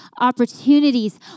opportunities